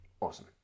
Awesome